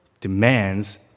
demands